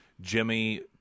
Jimmy